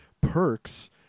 perks